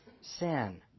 sin